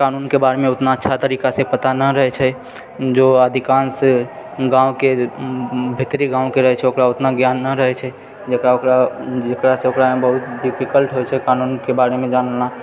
कानूनके बारेमे ओतना अच्छा तरीकासँ पता नहि रहै छै जे अधिकांश गाँवके भीतरी गाँवके रहै छै ओकरा ओतना ज्ञान नहि रहै छै जकरा ओकरा जकरासँ ओकरामे बहुत डिफिकल्ट होइ छै कानूनके बारेमे जानना